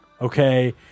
Okay